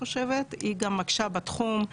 היא גם מקשה בתחום,